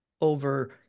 over